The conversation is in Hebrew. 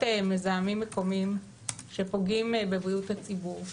מזהמים מקומיים שפוגעים בבריאות הציבור.